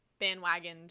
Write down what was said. bandwagoned